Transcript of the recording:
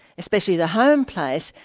especially the home place,